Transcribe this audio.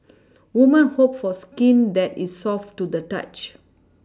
woman hope for skin that is soft to the touch